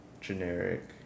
generic